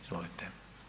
Izvolite.